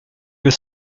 were